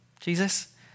Jesus